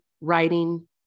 writing